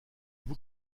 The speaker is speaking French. vous